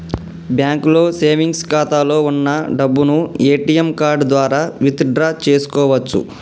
బ్యాంకులో సేవెంగ్స్ ఖాతాలో వున్న డబ్బును ఏటీఎం కార్డు ద్వారా విత్ డ్రా చేసుకోవచ్చు